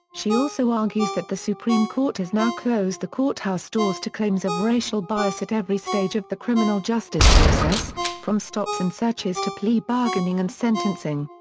she also argues that the supreme court has now closed the courthouse doors to claims of racial bias at every stage of the criminal justice process, from stops and searches to plea bargaining and sentencing.